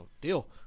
Deal